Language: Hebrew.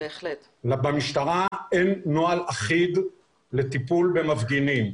במשטרה אין נוהל אחיד לטיפול במפגינים.